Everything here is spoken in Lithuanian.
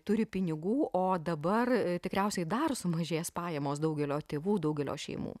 turi pinigų o dabar tikriausiai dar sumažės pajamos daugelio tėvų daugelio šeimų